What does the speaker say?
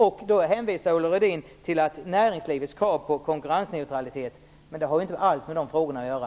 Ulla Rudin hänvisade till näringslivets krav på konkurrensneutralitet, men det har inte alls med de frågorna att göra.